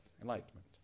enlightenment